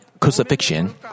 crucifixion